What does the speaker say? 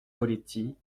poletti